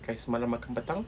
kais malam makan petang